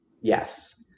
Yes